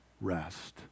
rest